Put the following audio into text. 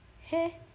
hey